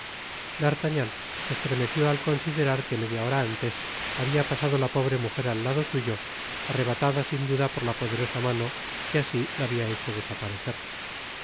bonacieux d'artagnan se estremeció al considerar que media hora antes habia pasado la pobre mujer al lado suyo arrebatada sin duda por la poderosa mano que asi la habia hecho desaparecer